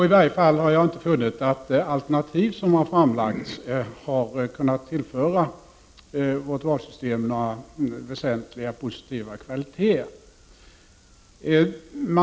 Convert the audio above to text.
I varje fall har jag inte funnit att de alternativ som har framlagts kan tillföra vårt valsystem några väsentliga positiva kvaliteter.